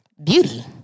Beauty